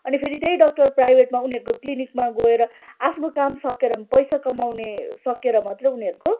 अनि फेरि त्यही डक्टर प्राइभेटमा उनीहरूको क्लिनिकमा गएर आफ्नो काम सकेर पैसा कमाउने सकेर मात्रै उनीहरूको